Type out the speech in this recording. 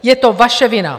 Je to vaše vina!